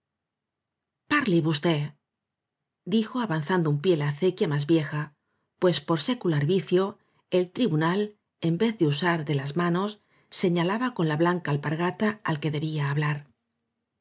parle vostédijo avanzando un pie la acequia más vieja pues por secular vicio el tribunal en vez de usar de las manos señalaba con la blanca alpargata al que debía hablar